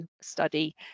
study